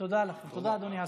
תודה, אדוני השר.